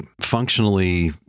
functionally